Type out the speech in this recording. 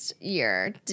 year